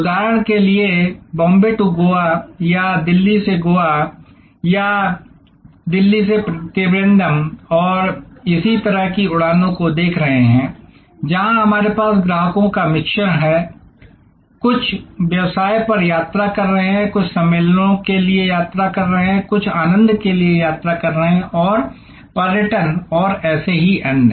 उदाहरण के लिए बॉम्बे टू गोवा या हम दिल्ली से गोवा या दिल्ली से त्रिवेंद्रम और इसी तरह की उड़ानों को देख रहे हैं जहां हमारे पास ग्राहकों का मिश्रण है कुछ व्यवसाय पर यात्रा कर रहे हैं कुछ सम्मेलनों के लिए यात्रा कर रहे हैं कुछ आनंद के लिए यात्रा कर रहे हैं और पर्यटन और ऐसे ही अन्य